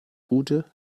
ute